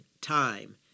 time